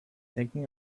thinking